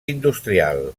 industrial